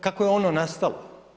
Kako je ono nastalo?